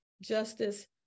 Justice